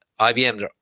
IBM